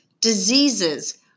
diseases